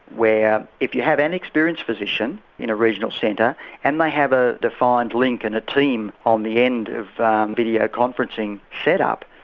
where if you have an experienced physician in a regional centre and they have a defined link and a team on the end of a video conferencing set up.